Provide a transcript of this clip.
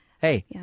hey